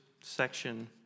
section